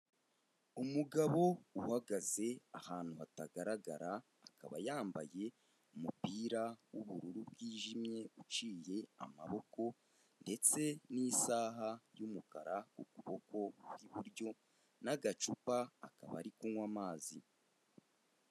Umugabo uhagaze ahantu hatagaragara, akaba yambaye umupira w'ubururu bwijimye uciye amaboko ndetse n'isaha y'umukara ku kuboko kw'iburyo n'agacupa akaba ari kunywa amazi.